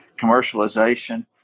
commercialization